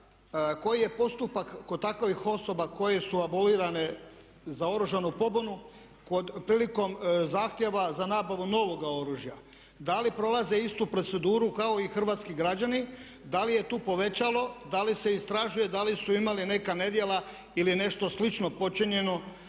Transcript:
koji je postupak kod takovih osoba koje su abolirane za oružanu pobunu prilikom zahtjeva za nabavom novoga oružja. Da li prolaze istu proceduru kao i hrvatski građani, da li je tu povećalo, da li se istražuje da li su imali neka nedjela ili nešto slično počinjeno